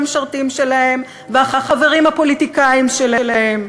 המשרתים שלהם והחברים הפוליטיקאים שלהם,